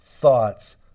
thoughts